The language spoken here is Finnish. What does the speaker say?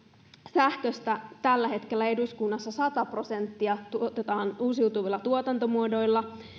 sähköstä eduskunnassa sata prosenttia tuotetaan uusiutuvilla tuotantomuodoilla